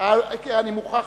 תודה רבה.